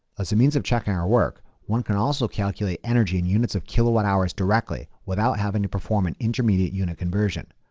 as a means of checking our work. one can also calculate energy in units of kilowatt-hours directly without having to perform an intermediate unit conversion.